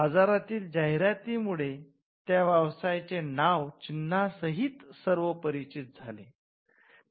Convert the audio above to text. बाजारातील जाहिराती मुळे त्या व्यवसायाचे नाव चिन्हा सहित सर्व परिचित झाले